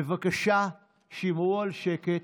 בבקשה שמרו על שקט.